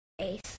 Ace